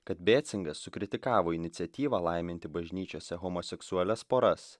kad becingas sukritikavo iniciatyvą laiminti bažnyčiose homoseksualias poras